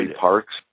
Park's